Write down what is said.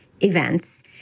events